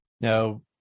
Now